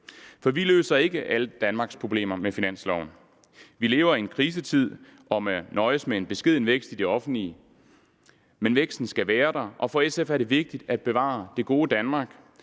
for vi løser ikke alle Danmarks problemer med finansloven. Vi lever i en krisetid og må nøjes med en beskeden vækst i det offentlige, men væksten skal være der, og for SF er det vigtigt at bevare det gode Danmark,